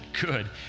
good